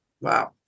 Wow